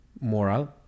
moral